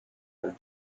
del